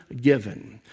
given